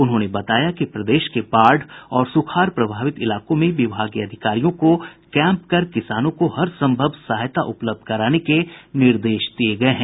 उन्होंने बताया कि प्रदेश के बाढ़ और सुखाड़ प्रभावित इलाकों में विभागीय अधिकारियों को कैम्प कर किसानों को हर सम्भव सहायता उपलब्ध कराने के निर्देश दिये गये हैं